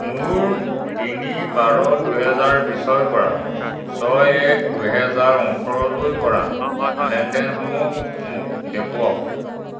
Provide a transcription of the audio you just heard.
মোৰ তিনি বাৰ দুহেজাৰ বিছৰপৰা ছয় এক দুহেজাৰ ওঠৰলৈ কৰা লেনদেনসমূহ মোক দেখুৱাওক